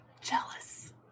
Jealous